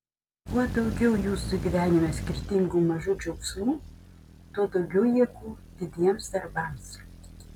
kuo daugiau jūsų gyvenime skirtingų mažų džiaugsmų tuo daugiau jėgų didiems darbams